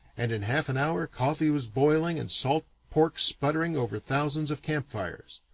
and in half an hour coffee was boiling and salt pork sputtering over thousands of camp fires.